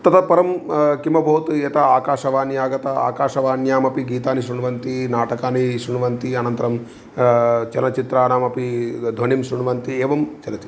ततः परं किम् अभवत् यता आकाशवाणी आगता आकाशवाण्यामपि गीतानि शृण्वन्ति नाटकानि शृण्वन्ति अनन्तरं चलच्चित्राणामपि ध्वनिं शृण्वन्ति एवं चलति